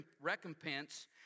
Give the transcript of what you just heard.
recompense